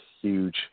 huge